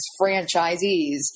franchisees